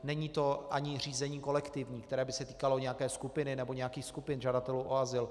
Není to ani řízení kolektivní, které by se týkalo nějaké skupiny nebo skupin žadatelů o azyl.